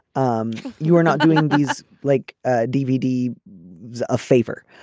um you are not doing these like a dvd a favor.